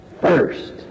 first